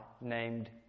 named